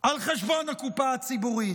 על חשבון הקופה הציבורית,